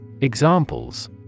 Examples